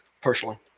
personally